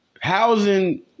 Housing